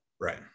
right